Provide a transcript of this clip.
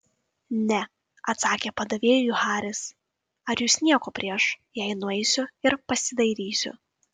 ne atsakė padavėjui haris ar jūs nieko prieš jei nueisiu ir pasidairysiu